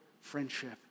friendship